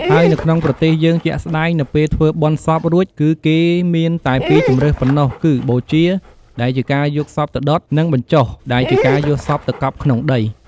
ហើយនៅក្នុងប្រទេសយើងជាក់ស្ដែងនៅពេលធ្វើបុណ្យសពរួចគឺគេមានតែពីរជម្រើសប៉ុំណ្ណោះគឺ បូជា ដែលជាការយកសពទៅដុត នឹង បញ្ចុះ ដែលជាការយកសពទៅកប់ក្នុងដី។